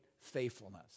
faithfulness